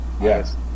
Yes